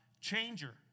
changer